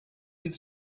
his